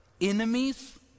enemies